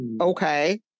okay